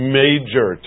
major